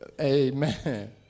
Amen